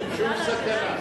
אין שום סכנה,